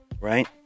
right